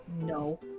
no